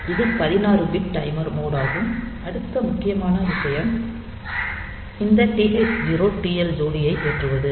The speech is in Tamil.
அது 16 பிட் டைமர் மோட் ஆகும் அடுத்த முக்கியமான விஷயம் இந்த TH0 TL0 ஜோடியை ஏற்றுவது